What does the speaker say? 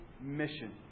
mission